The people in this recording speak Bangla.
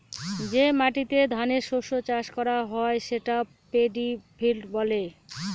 যে মাটিতে ধানের শস্য চাষ করা হয় সেটা পেডি ফিল্ড বলে